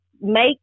make